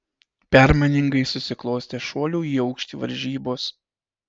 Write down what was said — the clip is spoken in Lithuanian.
permainingai susiklostė šuolių į aukštį varžybos